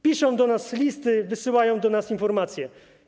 Piszą do nas listy, wysyłają do nas informacje.